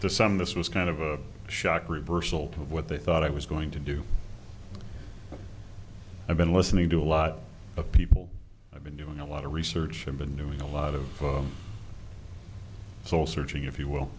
to some this was kind of a sharp reversal of what they thought it was going to do i've been listening to a lot of people i've been doing a lot of research and been doing a lot of soul searching if you will